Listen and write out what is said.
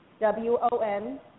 W-O-N